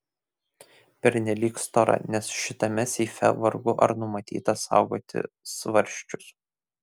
pernelyg stora nes šitame seife vargu ar numatyta saugoti svarsčius